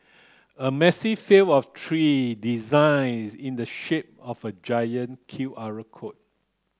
a massive field of tree designs in the shape of a giant Q R record